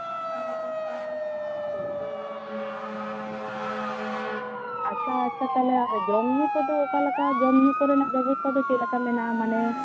ᱟᱪᱪᱷᱟ ᱟᱪᱪᱷᱟ ᱛᱟᱞᱦᱮ ᱡᱚᱢᱼᱧᱩ ᱠᱚᱨᱮᱱᱟᱜ ᱫᱚ ᱚᱠᱟᱞᱮᱠᱟ ᱡᱚᱢ ᱧᱩ ᱠᱚᱨᱮᱱᱟᱜ ᱵᱮᱵᱚᱥᱛᱟ ᱫᱚ ᱪᱮᱫᱞᱮᱠᱟ ᱢᱮᱱᱟᱜᱼᱟ ᱢᱟᱱᱮ